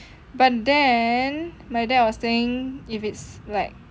but then my dad was saying if it's like